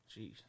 Jeez